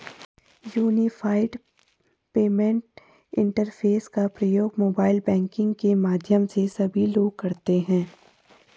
unified payment interface का प्रयोग mobile banking के माध्यम से सभी लोग करते हैं